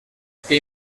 que